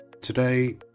Today